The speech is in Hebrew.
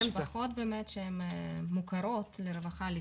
משפחות שהם באמת מוכרת לרווחה לפני.